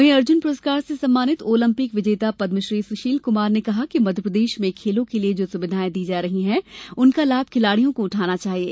वहीं अर्जुन पुरस्कार से सम्मानित ओलम्पिक विजेता पद्यश्री सुशील कुमार ने कहा कि मध्यप्रदेश में खेलों के लिये जो सुविधायें दी जा रही है उनका लाभ खिलाड़ियों को उठाना चाहिये